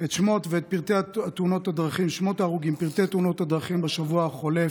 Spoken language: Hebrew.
את שמות ההרוגים ואת פרטי תאונות הדרכים בשבוע החולף.